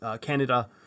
Canada